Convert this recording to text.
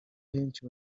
ahenshi